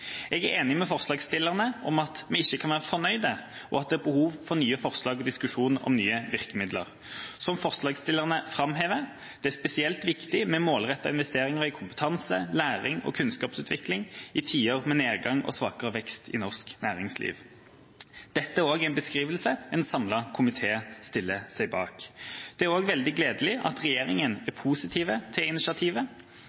Jeg er enig med forslagstillerne i at vi ikke kan være fornøyd, og at det er behov for nye forslag og diskusjon om nye virkemidler. Som forslagstillerne framhever: det er spesielt viktig med målretta investeringer i kompetanse, læring og kunnskapsutvikling i tider med nedgang og svakere vekst i norsk næringsliv». Dette er en beskrivelse en samlet komité stiller seg bak. Det er også veldig gledelig at regjeringa er